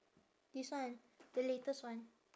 this one the latest one